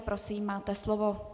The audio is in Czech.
Prosím, máte slovo.